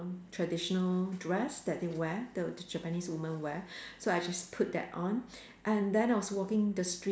traditional dress that they wear the the Japanese women wear so I just put that on and then I was walking the street